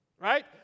right